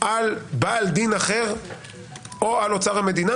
על בעל דין אחר או על אוצר המדינה,